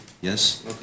yes